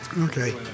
Okay